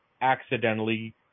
accidentally